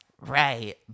Right